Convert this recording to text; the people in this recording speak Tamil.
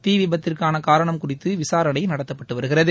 தீ விபத்திற்கான காரணம் குறித்து விசாரணை நடத்தப்பட்டு வருகிறது